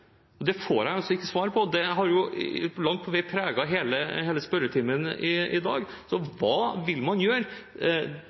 Det får jeg altså ikke svar på, og det har langt på vei preget hele spørretimen i dag.